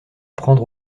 prendre